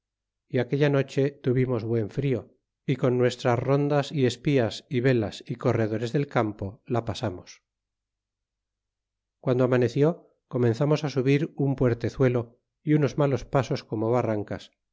y aquella noche tuvimos buen frio y con nuestras rondas y espias y velas y corredores del campo la pasamos y optando amaneció comenzamos á subir un puertezuelo y unos malos pasos como barrancas